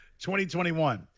2021